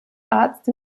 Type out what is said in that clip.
arzt